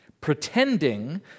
Pretending